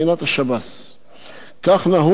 כך נהוג בכל המדינות המתוקנות,